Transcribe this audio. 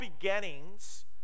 beginnings